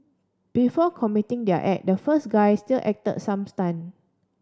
before committing their act the first guy still acted some stunt